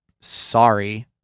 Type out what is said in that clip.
sorry